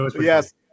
Yes